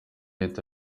ahita